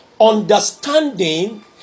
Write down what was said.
understanding